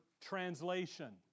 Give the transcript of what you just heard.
translation